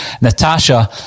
Natasha